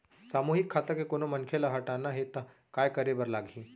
सामूहिक खाता के कोनो मनखे ला हटाना हे ता काय करे बर लागही?